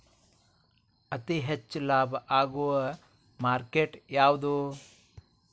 ಅತಿ ಹೆಚ್ಚು ಲಾಭ ಆಗುವ ಮಾರ್ಕೆಟ್ ಯಾವುದು?